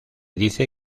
dice